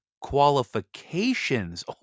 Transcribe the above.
qualifications